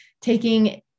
taking